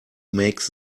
makes